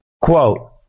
Quote